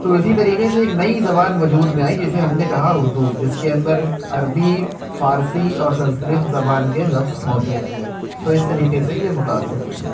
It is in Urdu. تو اسی طریقے سے ایک نئی زبان وجود میں آئی جسے ہم نے کہا اردو جس کے اندر عربی فارسی اور سنسکرت زبان کے لفظ موجود ہیں تو اس طريقے سے يہ متأثر ہوئى ہے